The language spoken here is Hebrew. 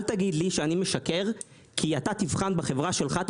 אל תגיד לי שאני משקר כי אתה תבחן בחברה שלך את